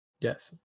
Yes